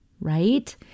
right